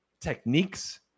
techniques